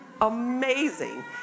Amazing